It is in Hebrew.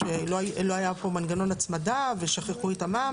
שלא היה פה מנגנון הצמדה ושכחו את המע"מ,